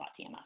CMS